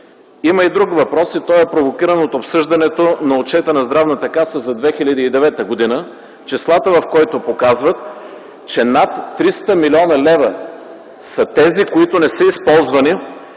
Има и друг въпрос. Той е провокиран от обсъждането на отчета на Здравната каса за 2009 г., числата в който показват, че над 300 млн. лв. са средствата, които не са използвани,